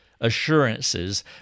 assurances